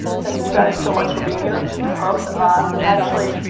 thank you guys so much for being here, i'm super pumped, ah actually,